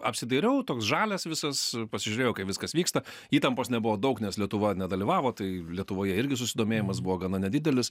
apsidairiau toks žalias visas pasižiūrėjau kaip viskas vyksta įtampos nebuvo daug nes lietuva nedalyvavo tai lietuvoje irgi susidomėjimas buvo gana nedidelis